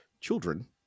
children